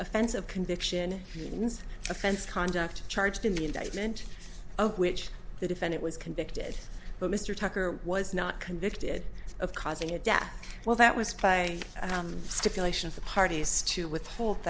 offensive conviction means offense conduct charged in the indictment of which the defendant was convicted but mr tucker was not convicted of causing a death well that was py stipulation of the parties to withhold